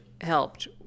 helped